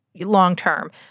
long-term